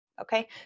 okay